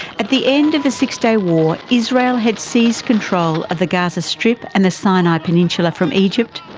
at the end of the six-day war israel had seized control of the gaza strip and the sinai peninsula from egypt,